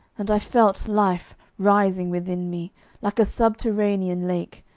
and i felt life rising within me like a subterranean lake,